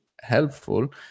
helpful